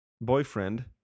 boyfriend